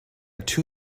two